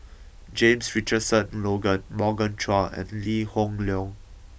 James Richardson Logan Morgan Chua and Lee Hoon Leong